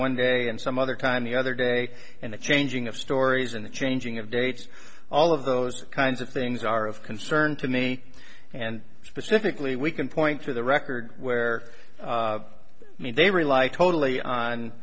one day and some other kind the other day and the changing of stories and the changing of dates all of those kinds of things are of concern to me and specifically we can point to the record where i mean they rely totally on